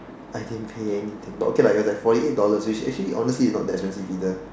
I didn't pay anything but okay lah it was like forty eight dollars which actually honestly it's not that expensive either